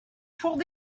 toward